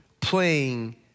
playing